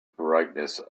brightness